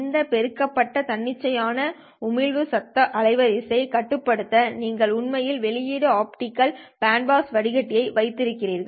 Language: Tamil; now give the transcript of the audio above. இந்த பெருக்கப்பட்ட தன்னிச்சையான உமிழ்வு சத்தம் அலைவரிசை கட்டுப்படுத்த நீங்கள் உண்மையில் வெளியீடு ஆப்டிகல் பேண்ட்பாஸ் வடிகட்டி வைத்திருக்கிறீர்கள்